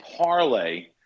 parlay